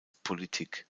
politik